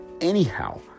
Anyhow